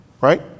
Right